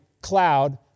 cloud